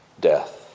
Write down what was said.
death